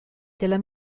della